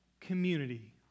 community